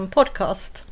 Podcast